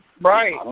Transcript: Right